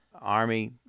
Army